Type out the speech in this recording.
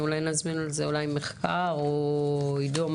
אולי נזמין על זה מחקר או עידו,